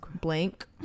blank